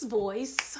voice